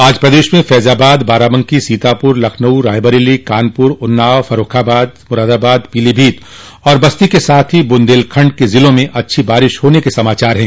आज प्रदेश में फैजाबाद बाराबंकी सीतापुर लखनऊ रायबरेली कानपुर उन्नाव फर्रूखाबाद मुरादाबाद पीलीभीत और बस्ती के साथ ही बुन्देलखंड के जिलों में अच्छी बारिश होने के समाचार मिले हैं